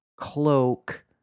cloak